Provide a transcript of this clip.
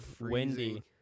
windy